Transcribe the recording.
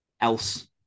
else